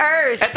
earth